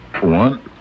One